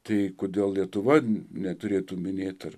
tai kodėl lietuva neturėtų minėt